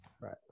Right